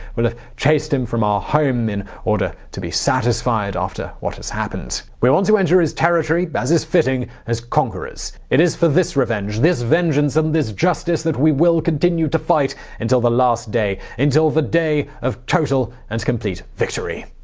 will have chased him from our home in order to be satisfied after what has happened. we want to enter his territory, as is fitting, as conquerors. it is for this revenge, this vengeance and this justice, that we will continue to fight until the last day, until the day of the total and complete victory.